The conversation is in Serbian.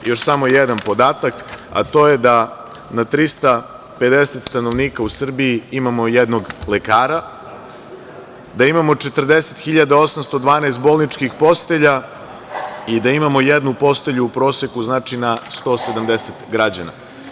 Još samo jedan podatak, a to je da na 350 stanovnika u Srbiji imamo jednog lekara, da imamo 40.812 bolnički postelja i da imamo jednu postelju u proseku znači na 170 građana.